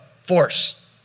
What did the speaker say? force